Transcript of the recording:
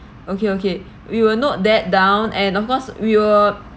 okay okay we will note that down and of course we will